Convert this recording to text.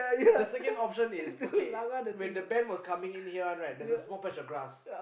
the second option is okay when the bend was coming in here [one] right there's a small patch of grass